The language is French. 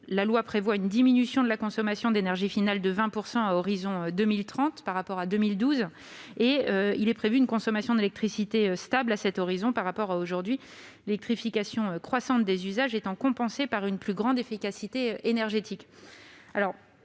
La loi prévoit une diminution de la consommation d'énergie finale de 20 % à l'horizon de 2030 par rapport à 2012 et une consommation d'électricité stable à cet horizon par rapport à aujourd'hui. En effet, l'électrification croissante des usages doit être compensée par une plus grande efficacité énergétique.